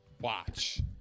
Watch